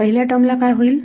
पहिल्या टर्म ला काय होईल